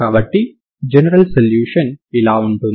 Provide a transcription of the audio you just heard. కాబట్టి general solution ఇలా ఉంటుంది